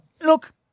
Look